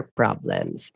problems